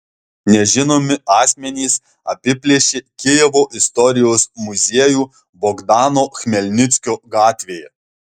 nežinomi asmenys apiplėšė kijevo istorijos muziejų bogdano chmelnickio gatvėje